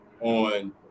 on